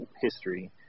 history